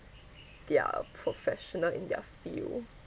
they are professional in their field